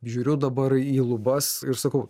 žiūriu dabar į lubas ir sakau